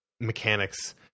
mechanics